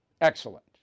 Excellent